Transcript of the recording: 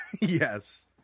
Yes